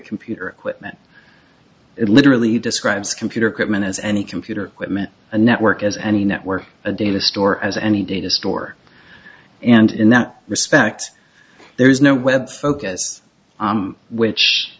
computer equipment it literally describes computer equipment as any computer equipment a network as any network a data store as any data store and in that respect there is no